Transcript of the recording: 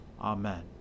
Amen